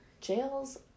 jails